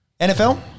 NFL